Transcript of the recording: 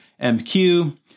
MQ